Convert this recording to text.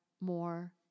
more